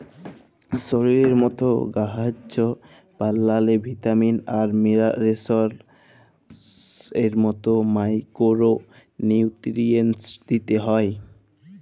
শরীরের মত গাহাচ পালাল্লে ভিটামিল আর মিলারেলস এর মত মাইকোরো নিউটিরিএন্টস দিতে হ্যয়